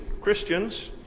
Christians